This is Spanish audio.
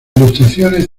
ilustraciones